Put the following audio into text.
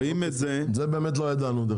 זה באמת לא ידענו.